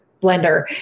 blender